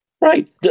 Right